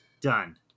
Done